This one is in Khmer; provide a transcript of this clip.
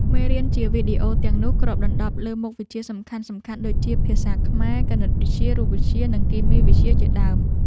មេរៀនជាវីដេអូទាំងនោះគ្របដណ្តប់លើមុខវិជ្ជាសំខាន់ៗដូចជាភាសាខ្មែរ គណិតវិទ្យា រូបវិទ្យា និងគីមីវិទ្យាជាដើម។